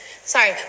Sorry